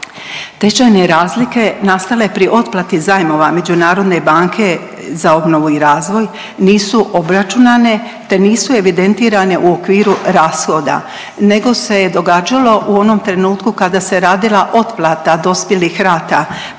Tečajne razlike nastale pri otplati zajmova Međunarodne banke za obnovu i razvoj nisu obračunane te nisu evidentirane u okviru rashoda, nego se događalo u onom trenutku kada se radila otplata dospjelih rata prema